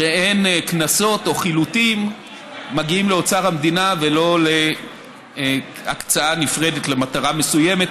שקנסות או חילוטים מגיעים לאוצר המדינה ולא להקצאה נפרדת למטרה מסוימת,